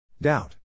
Doubt